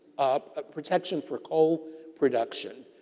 um ah protection for coal production.